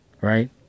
right